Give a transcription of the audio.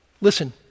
Listen